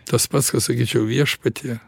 tas pats kas sakyčiau viešpatie